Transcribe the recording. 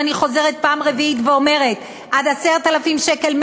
ואני חוזרת פעם רביעית ואומרת: עד 10,000 שקל,